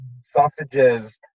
sausages